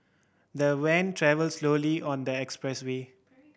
the van travelled slowly on the expressway